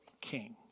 king